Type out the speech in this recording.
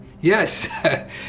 Yes